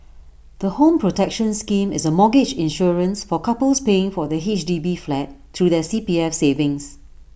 the home protection scheme is A mortgage insurance for couples paying for their H D B flat through their C P F savings